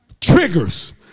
triggers